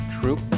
True